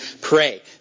pray